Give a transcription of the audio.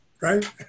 right